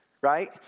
right